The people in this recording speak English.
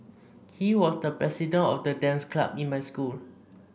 he was the president of the dance club in my school